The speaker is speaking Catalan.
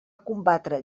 combatre